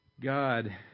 God